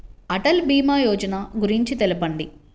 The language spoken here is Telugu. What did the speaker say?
అటల్ భీమా యోజన గురించి తెలుపండి?